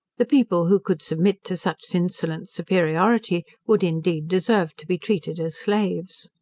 the people who could submit to such insolent superiority, would, indeed, deserve to be treated as slaves.